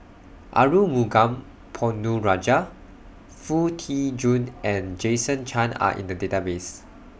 Arumugam Ponnu Rajah Foo Tee Jun and Jason Chan Are in The Database